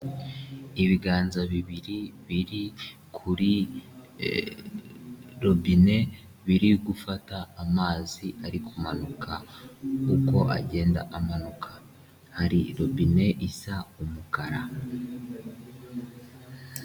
Ibiganza bibiri biri kuri robine biri gufata amazi ari kumanuka, uko agenda amanuka hari robine isa umukara.